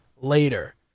later